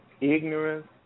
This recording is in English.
Ignorance